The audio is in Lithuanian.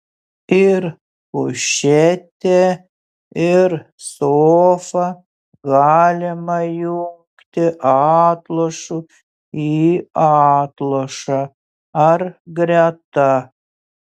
ir kušetę ir sofą galima jungti atlošu į atlošą ar greta